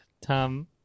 Tom